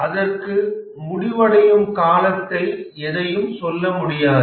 அதற்க்கு முடிவடையும் காலத்தை எதையும் சொல்ல முடியாது